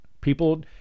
People